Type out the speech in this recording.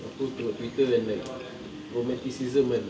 aku tengok Twitter and like romanticism kan